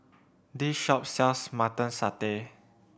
this shop sells Mutton Satay